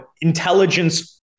intelligence